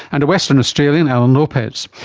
and a western australian, alan lopez.